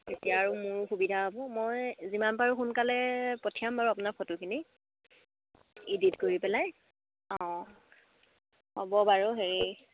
তেতিয়া আৰু মোৰ সুবিধা হ'ব মই যিমান পাৰোঁ সোনকালে পঠিয়াম বাৰু আপোনাৰ ফটোখিনি এডিট কৰি পেলাই অঁ হ'ব বাৰু হেৰি